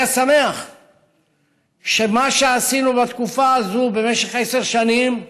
אני שמח שמה שעשינו בתקופה הזאת, במשך עשר שנים,